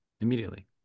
immediately